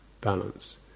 balance